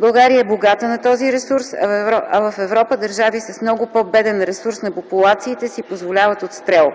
България е богата на този ресурс, а в Европа държави с много по-беден ресурс на популациите си позволяват отстрел.